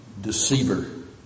deceiver